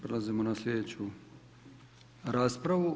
Prelazimo na sljedeću raspravu.